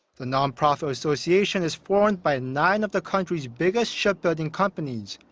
the non-profit association is formed by nine of the country's biggest ship-building companies.